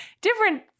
different